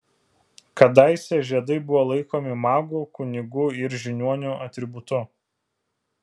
kadaise žiedai buvo laikomi magų kunigų ir žiniuonių atributu